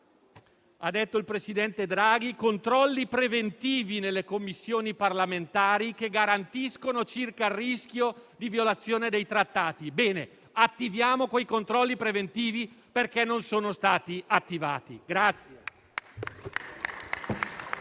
ha detto il presidente Draghi - controlli preventivi nelle Commissioni parlamentari che garantiscono circa il rischio di violazione dei trattati. Bene, attiviamo quei controlli preventivi, perché non sono stati attivati.